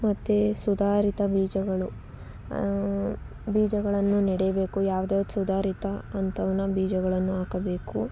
ಮತ್ತೆ ಸುಧಾರಿತ ಬೀಜಗಳು ಬೀಜಗಳನ್ನು ನೆಡಬೇಕು ಯಾವುದ್ಯಾವ್ದು ಸುಧಾರಿತ ಅಂತವನ್ನ ಬೀಜಗಳನ್ನು ಹಾಕಬೇಕು